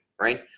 right